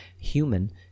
human